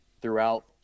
throughout